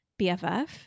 BFF